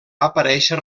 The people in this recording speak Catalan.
aparèixer